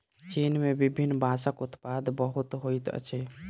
चीन में विभिन्न बांसक उत्पादन बहुत होइत अछि